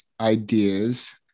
ideas